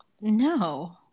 No